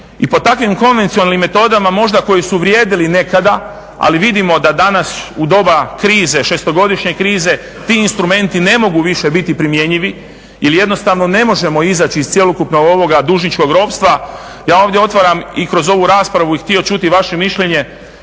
I po takvim konvencionalnim metodama možda koji su vrijedili nekada, ali vidimo da danas u doba krize, šestogodišnje krize ti instrumenti ne mogu više biti primjenjivi jel jednostavno ne možemo izaći iz cjelokupnog dužničkog ropstva. Ja ovdje otvaram i kroz ovu raspravu bi htio čuti vaše mišljenje